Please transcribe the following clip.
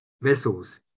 vessels